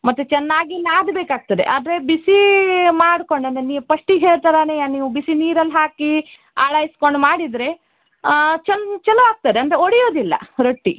ಮತ್ತು ಚೆನ್ನಾಗಿ ನಾದ್ಬೇಕಾಗ್ತದೆ ಆದರೆ ಬಿಸಿ ಮಾಡ್ಕೊಂಡು ಅಂದರೆ ನೀವು ಪಸ್ಟಿಗೆ ಹೇಳಿದ ಥರನೇಯ ನೀವು ಬಿಸಿ ನೀರಲ್ಲಿ ಹಾಕಿ ಆಳೈಸ್ಕೊಂಡು ಮಾಡಿದರೆ ಚಂದ ಚಲೋ ಆಗ್ತದೆ ಅಂದರೆ ಒಡಿಯುದಿಲ್ಲ ರೊಟ್ಟಿ